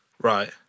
Right